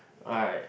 I